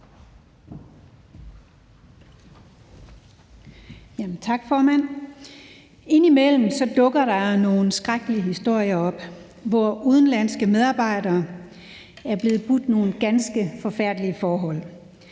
Tak, formand. Indimellem dukker der nogle skrækkelige historier op, hvor udenlandske medarbejdere er blevet budt nogle ganske forfærdelige forhold,